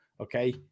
okay